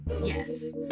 yes